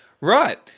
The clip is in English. Right